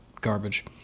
garbage